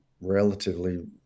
relatively